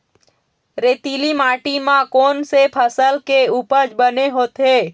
रेतीली माटी म कोन से फसल के उपज बने होथे?